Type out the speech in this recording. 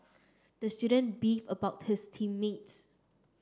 the student beefed about his team mates